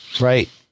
right